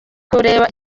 kureba